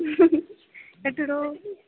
कट्टी ओड़ो